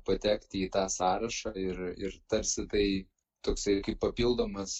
patekti į tą sąrašą ir ir tarsi tai toksai kaip papildomas